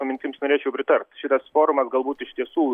mintims norėčiau pritart šitas forumas galbūt iš tiesų